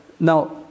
Now